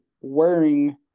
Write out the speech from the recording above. wearing